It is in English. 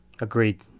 Agreed